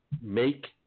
make